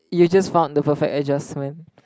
you just found the perfect adjustment